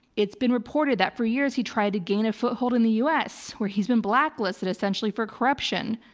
it's been reported that for years he tried to gain a foothold in the u. s. where he's been blacklisted essentially for corruption,